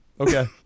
okay